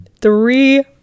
three